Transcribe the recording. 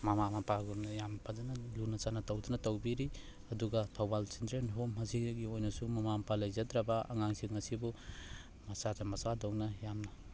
ꯃꯃꯥ ꯃꯄꯥꯒꯨꯝꯅ ꯌꯥꯝ ꯐꯖꯟꯅ ꯂꯨꯅ ꯆꯥꯟꯅ ꯇꯧꯗꯨꯅ ꯇꯧꯕꯤꯔꯤ ꯑꯗꯨꯒ ꯊꯧꯕꯥꯜ ꯆꯤꯜꯗ꯭ꯔꯦꯟ ꯍꯣꯝ ꯑꯁꯤꯗꯒꯤ ꯑꯣꯏꯅꯁꯨ ꯃꯃꯥ ꯃꯄꯥ ꯂꯩꯖꯗ꯭ꯔꯕ ꯑꯉꯥꯡꯁꯤꯡ ꯑꯁꯤꯕꯨ ꯃꯆꯥꯗ ꯃꯆꯥꯗꯧꯅ ꯌꯥꯝꯅ